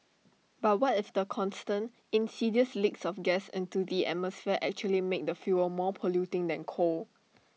but what if the constant insidious leaks of gas into the atmosphere actually make the fuel more polluting than coal